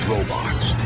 Robots